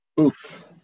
Oof